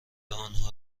آنها